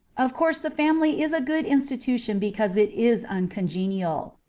of course the family is a good institution because it is uncongenial.